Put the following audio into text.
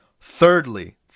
thirdly